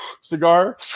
cigar